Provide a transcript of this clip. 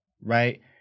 Right